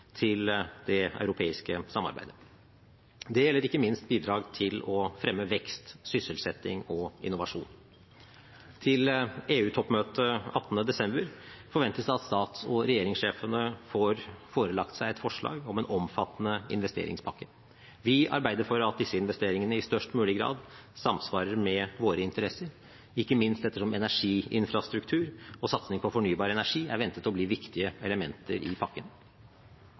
til det europeiske samarbeidet. Det gjelder ikke minst bidrag til å fremme vekst, sysselsetting og innovasjon. Til EU-toppmøtet 18. desember forventes det at stats- og regjeringssjefene får seg forelagt et forslag om en omfattende investeringspakke. Vi arbeider for at disse investeringene i størst mulig grad samsvarer med våre interesser, ikke minst ettersom energiinfrastruktur og satsing på fornybar energi er ventet å bli viktige elementer i pakken.